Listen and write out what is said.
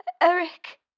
Eric